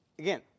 Again